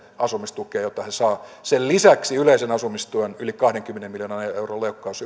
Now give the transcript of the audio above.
asumistukeen jota he saavat ja sen lisäksi yleisen asumistuen yli kahdenkymmenen miljoonan euron leikkaus